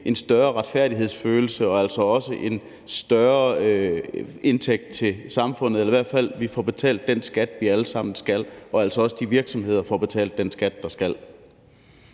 en større retfærdighedsfølelse og en større indtægt til samfundet, i forhold til at vi i hvert fald får betalt den skat, vi alle sammen skal, og i forhold til at virksomhederne også får betalt den skat, de skal.